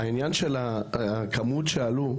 עניין הכמות שעלו,